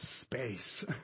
space